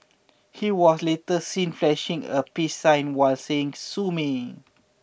he was later seen flashing a peace sign while saying sue me